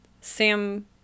Sam